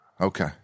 okay